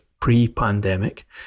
pre-pandemic